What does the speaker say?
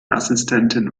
assistentin